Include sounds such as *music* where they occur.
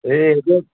এই *unintelligible*